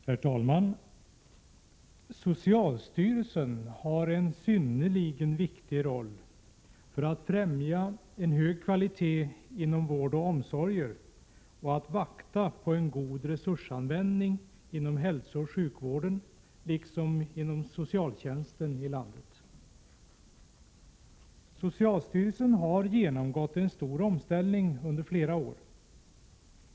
Herr talman! Socialstyrelsen har en synnerligen viktig roll när det gäller att främja hög kvalitet inom vård och omsorger och att vakta på en god resursanvändning inom hälsooch sjukvården, liksom inom socialtjänsten i landet. Socialstyrelsen har genomgått en stor omställning under flera år.